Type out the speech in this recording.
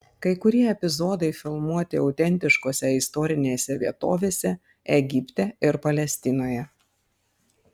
kai kurie epizodai filmuoti autentiškose istorinėse vietovėse egipte ir palestinoje